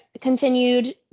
continued